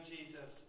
Jesus